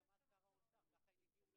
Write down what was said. מסגרת לתקופה אחת שלא תעלה על חצי שנה,